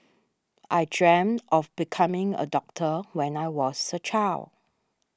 I dreamt of becoming a doctor when I was a child